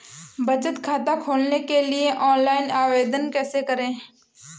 बचत खाता खोलने के लिए ऑनलाइन आवेदन कैसे करें?